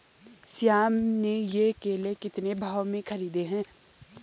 श्याम ने ये केले कितने भाव में खरीदे हैं?